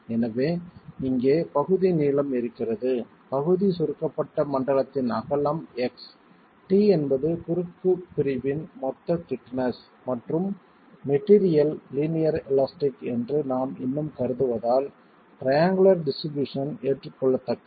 எனவே இங்கே பகுதி நீளம் இருக்கிறது பகுதி சுருக்கப்பட்ட மண்டலத்தின் அகலம் x t என்பது குறுக்கு பிரிவின் மொத்த திக்னஸ் மற்றும் மெட்டீரியல் லீனியர் எலாஸ்டிக் என்று நாம் இன்னும் கருதுவதால் டிரியங்குளர் டிஸ்ட்ரிபியூஷன் ஏற்றுக்கொள்ளத்தக்கது